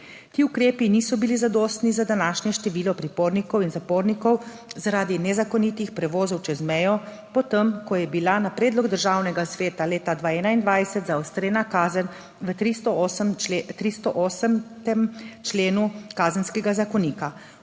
Ti ukrepi niso bili zadostni za današnje število pripornikov in zapornikov zaradi nezakonitih prevozov čez mejo, po tem, ko je bila na predlog Državnega sveta leta 2021 zaostrena kazen v 308. členu Kazenskega zakonika.